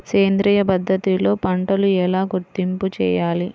సేంద్రియ పద్ధతిలో పంటలు ఎలా గుర్తింపు చేయాలి?